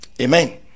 amen